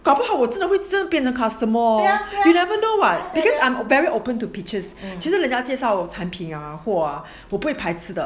搞不好我真的真会变成 you never know what because I'm very open to pitches 其实人家介绍我商品货啊我不会排斥的